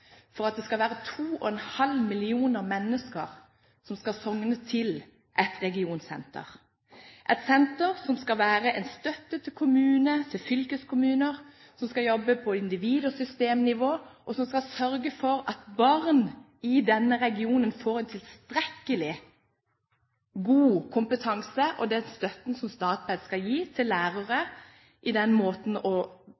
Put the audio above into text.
2,5 millioner mennesker skal sogne til ett regionsenter – et senter som skal være en støtte til kommuner, til fylkeskommuner, som skal jobbe på individ- og systemnivå, som skal sørge for tilstrekkelig god kompetanse for barn i denne regionen og for den støtten som Statped skal gi til lærere